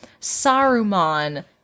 Saruman